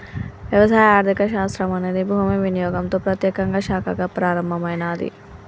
వ్యవసాయ ఆర్థిక శాస్త్రం అనేది భూమి వినియోగంతో ప్రత్యేకంగా శాఖగా ప్రారంభమైనాది